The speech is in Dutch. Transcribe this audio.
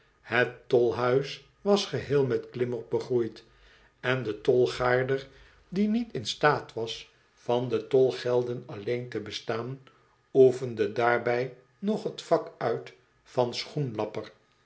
het tolhuis was geheel met klimop begroeid en de tolgaarder die niet in staat was van de tolgelden alleen te bestaan oefende daarbij nog t vak uit van schoenlapper